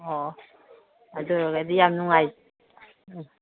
ꯑꯣ ꯑꯗꯨ ꯑꯣꯏꯔꯒꯗꯤ ꯌꯥꯝ ꯅꯨꯡꯉꯥꯏ ꯎꯝ